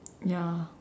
ya